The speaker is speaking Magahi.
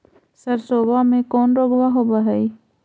सरसोबा मे कौन रोग्बा होबय है?